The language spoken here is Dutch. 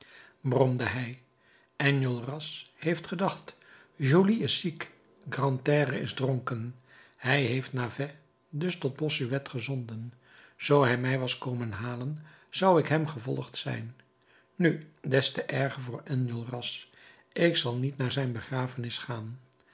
bromde hij enjolras heeft gedacht joly is ziek grantaire is dronken hij heeft navet dus tot bossuet gezonden zoo hij mij was komen halen zou ik hem gevolgd zijn nu des te erger voor enjolras ik zal niet naar zijn begrafenis gaan